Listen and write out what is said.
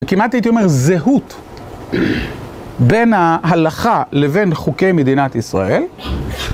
כמעט הייתי אומר זהות בין ההלכה לבין חוקי מדינת ישראל.